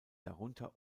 darunter